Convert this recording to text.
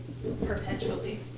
perpetually